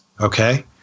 Okay